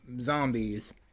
zombies